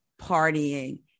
partying